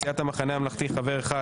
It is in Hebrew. סיעת המחנה ממלכתי חבר אחד